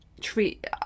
treat